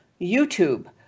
YouTube